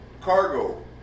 cargo